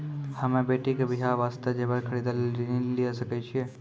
हम्मे बेटी के बियाह वास्ते जेबर खरीदे लेली ऋण लिये सकय छियै?